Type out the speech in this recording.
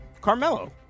Carmelo